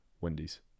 Wendy's